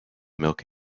milk